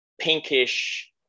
pinkish